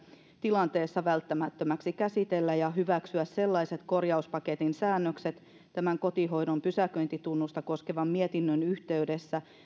tilanteessa välttämättömäksi käsitellä ja hyväksyä sellaiset korjauspaketin säännökset tämän kotihoidon pysäköintitunnusta koskevan mietinnön yhteydessä